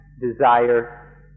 desire